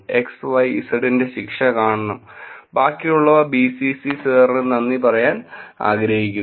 xyz ന്റെ ശിക്ഷ കാണണം ബാക്കിയുള്ളവ BCC SIR ന് നന്ദി പറയാൻ ആഗ്രഹിക്കുന്നു